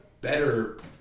better